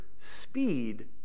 speed